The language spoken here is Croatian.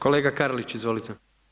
Kolega Karlić, izvolite.